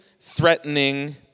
threatening